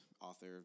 author